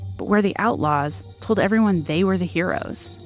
but where the outlaws told everyone they were the heroes,